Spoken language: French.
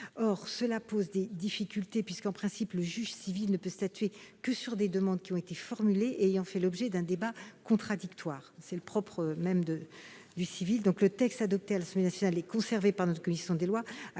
pose des difficultés, puisque, en principe, le juge civil ne peut statuer que sur des demandes qui ont été formulées et ayant fait l'objet d'un débat contradictoire. Le texte adopté à l'Assemblée nationale et conservé par notre commission des lois